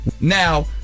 Now